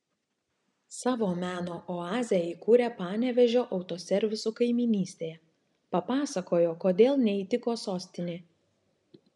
savo meno oazę įkūrė panevėžio autoservisų kaimynystėje papasakojo kodėl neįtiko sostinė